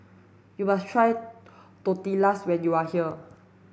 you must try Tortillas when you are here